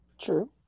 True